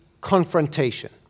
confrontation